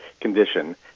condition